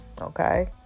okay